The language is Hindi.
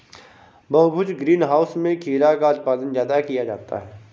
बहुभुज ग्रीन हाउस में खीरा का उत्पादन ज्यादा किया जाता है